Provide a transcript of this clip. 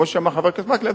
כמו שאמר חבר הכנסת מקלב,